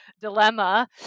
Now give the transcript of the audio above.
dilemma